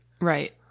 Right